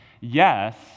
yes